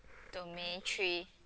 domain three